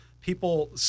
people